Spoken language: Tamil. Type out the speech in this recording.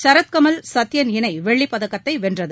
ச ரத்கமல் சத்தியன் இணைவெள்ளிப் பதக்கத்தை வென்றது